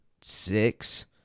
six